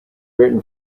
written